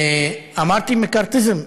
אמרתי מקרתיזם?